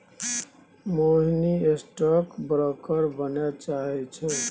मोहिनी stock broker बनय चाहै छै